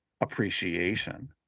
appreciation